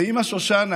ואימא שושנה,